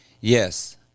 Yes